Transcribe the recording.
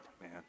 man